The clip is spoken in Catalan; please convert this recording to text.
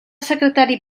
secretari